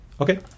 Okay